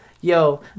Yo